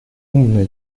умная